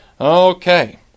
Okay